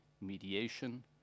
mediation